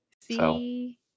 see